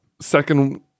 second